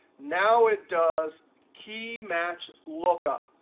now it does key match lookup.